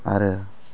आरो